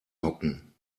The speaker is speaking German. hocken